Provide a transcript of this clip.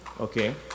Okay